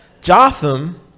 Jotham